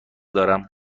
دارم